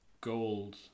gold